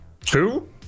Two